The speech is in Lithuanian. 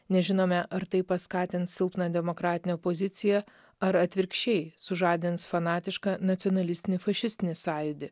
nežinome ar tai paskatins silpną demokratinę opoziciją ar atvirkščiai sužadins fanatišką nacionalistinį fašistinį sąjūdį